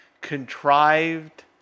contrived